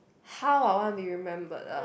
how I want be remembered ah